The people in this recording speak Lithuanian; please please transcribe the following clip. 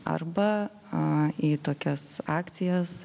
arba a į tokias akcijas